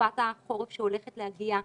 בתקופת החורף שהולכת להגיע,